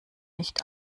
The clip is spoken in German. nicht